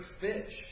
fish